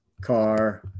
car